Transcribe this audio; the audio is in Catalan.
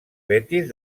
betis